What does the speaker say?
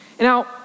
now